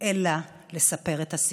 אלא לספר את הסיפור?